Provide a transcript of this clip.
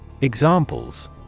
Examples